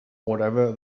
whatever